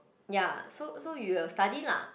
ya so so you will study lah